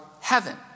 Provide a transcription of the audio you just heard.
heaven